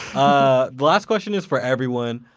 um the last question is for everyone.